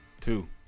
Two